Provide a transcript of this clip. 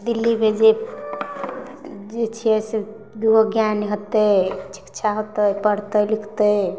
दिल्ली भेजै छियै से दूगो ज्ञान होतै शिक्षा होतै पढ़तै लिखतै